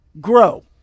grow